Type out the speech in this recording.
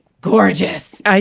gorgeous